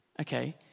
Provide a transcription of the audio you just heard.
Okay